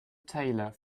taylor